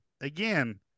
again